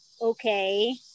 okay